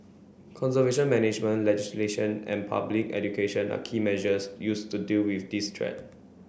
conservation management legislation and public education are key measures used to deal with this threat